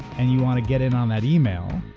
and you wanna get in on that email,